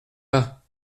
pas